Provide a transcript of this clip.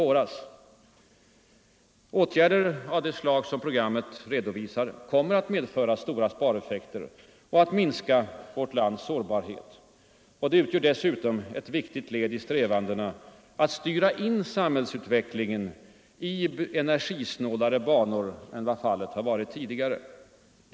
Åtgärder av det slag programmet redovisar kommer att medföra stora spareffekter och minska vårt lands sårbarhet, och de utgör dessutom ett viktigt led i strävandena att styra in samhällsutvecklingen i energisnålare banor än vad fallet har varit tidigare.